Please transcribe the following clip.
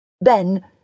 Ben